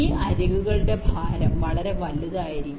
ഈ അരികുകളുടെ ഈ ഭാരം വളരെ വലുതായിരിക്കും